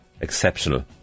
Exceptional